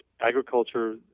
agriculture